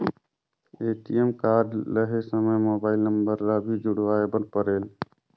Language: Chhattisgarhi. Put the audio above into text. ए.टी.एम कारड लहे समय मोबाइल नंबर ला भी जुड़वाए बर परेल?